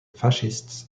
fascists